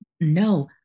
No